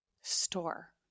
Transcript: Store